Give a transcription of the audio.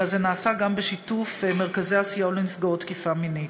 אלא זה נעשה גם בשיתוף מרכזי הסיוע לנפגעות תקיפה מינית,